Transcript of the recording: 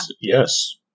Yes